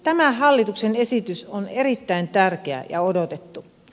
tämä hallituksen esitys on erittäin tärkeä ja odotettu